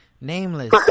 Nameless